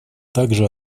также